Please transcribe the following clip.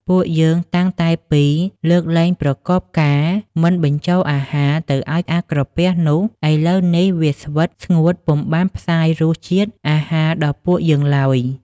ពួកយើងតាំងតែពី លើកលែងប្រកបការ មិនបញ្ចូលអាហារទៅឲ្យអាក្រពះនោះ ឥឡូវនេះវាស្វិត ស្ងួតពុំបានផ្សាយរសជាតិអាហារដល់ពួកយើងឡើយ។